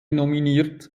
nominiert